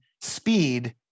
speed